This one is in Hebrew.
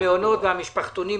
המעונות, המשפחתונים.